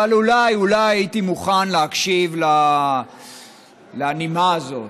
אבל אולי, אולי, הייתי מוכן להקשיב לנימה הזאת.